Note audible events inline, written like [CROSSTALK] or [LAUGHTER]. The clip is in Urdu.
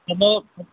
[UNINTELLIGIBLE]